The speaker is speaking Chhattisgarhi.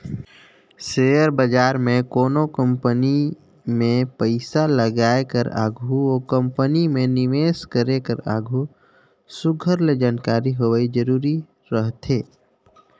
सेयर बजार में कोनो कंपनी में पइसा लगाए कर आघु ओ कंपनी में निवेस करे कर आघु सुग्घर ले जानकारी होवई जरूरी रहथे